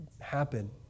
happen